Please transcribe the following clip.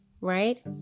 right